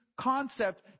concept